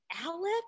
Alex